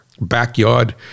backyard